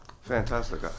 Fantastic